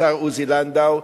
השר עוזי לנדאו,